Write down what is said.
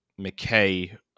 McKay